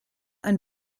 ein